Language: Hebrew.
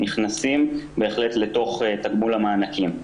נכנסים בהחלט לתוך תגמול המענקים.